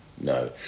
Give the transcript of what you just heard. No